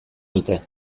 dute